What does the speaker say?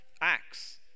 acts